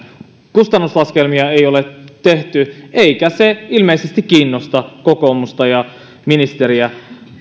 kustannuslaskelmia ei ole tehty eikä se ilmeisesti kiinnosta kokoomusta ja ministeriä